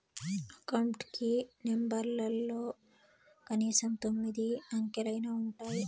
account కి నెంబర్లలో కనీసం తొమ్మిది అంకెలైనా ఉంటాయి